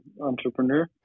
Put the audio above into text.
entrepreneur